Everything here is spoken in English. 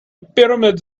pyramids